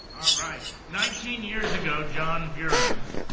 right. nineteen years ago, john buehrns